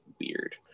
weird